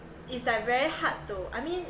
it's like very hard to I mean